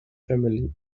family